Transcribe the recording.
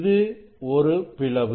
இது ஒரு பிளவு